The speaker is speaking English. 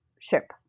ship